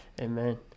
Amen